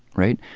right?